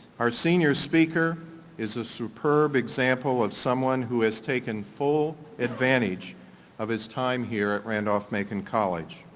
our senior speaker is a superb example of someone who has taken full advantage of his time here at randolph-macon college.